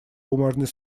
бумажный